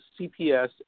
CPS